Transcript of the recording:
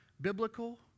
biblical